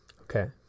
Okay